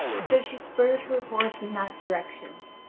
so she spurred her horse in that direction,